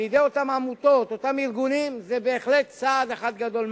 בידי אותם עמותות וארגונים זה בהחלט צעד אחד גדול.